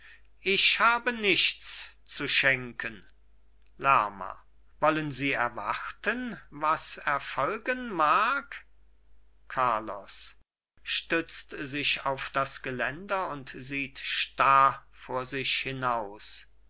ich habe nichts zu schenken lerma wollen sie erwarten was erfolgen mag carlos stützt sich auf das geländer und sieht starr vor sich hinaus